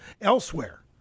elsewhere